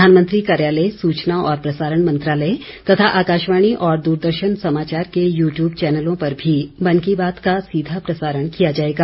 प्रधानमंत्री कार्यालय सूचना और प्रसारण मंत्रालय तथा आकाशवाणी और दूरदर्शन समाचार के यू ट्यूब चैनलों पर भी मन की बात का सीधा प्रसारण किया जाएगा